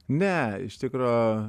ne iš tikro